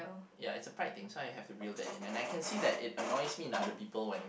ya is a pride thing so I have to wield it in and I can see that it annoys me the other people when